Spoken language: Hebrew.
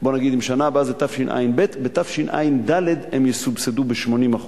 השנה הבאה זה תשע"ב, בתשע"ד הם יסובסדו ב-80%.